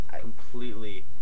completely